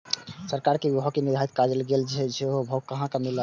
सरकार के भाव जे निर्धारित कायल गेल छै ओ भाव कहाँ मिले छै?